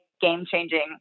game-changing